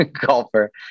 golfer